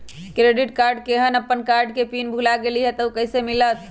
Credit card केहन अपन card के पिन भुला गेलि ह त उ कईसे मिलत?